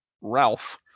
Ralph